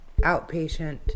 outpatient